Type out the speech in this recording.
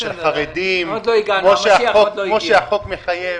לחרדים כמו שהחוק מחייב?